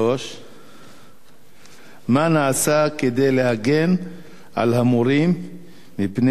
3. מה נעשה כדי להגן על המורים מפני